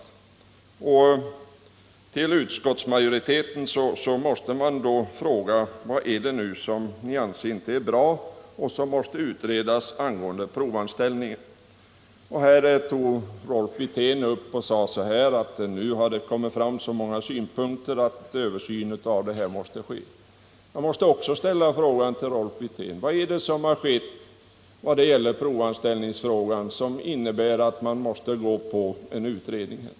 Då måste man fråga utskottsmajoriteten: Vad är det som ni anser inte är bra och som måste utredas angående provanställningen? Rolf Wirtén gick upp och sade att det nu har kommit fram så många synpunkter att en översyn måste ske. Jag måste också ställa frågan till Rolf Wirtén: Vad är det som har skett när det gäller provanställningsfrågan som innebär att man måste ha en utredning?